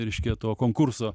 reiškia to konkurso